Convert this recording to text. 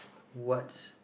what's